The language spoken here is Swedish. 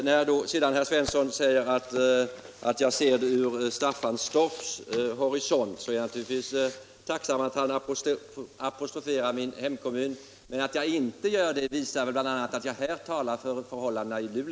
När sedan herr Svensson säger att jag ser frågorna från Staffanstorps horisont, är jag naturligtvis tacksam för att han nämner min hemkommun — men bl.a. det förhållandet att jag talar om Luleå visar ju att jag inte talar för min egen kommun.